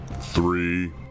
three